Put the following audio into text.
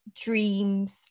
Dreams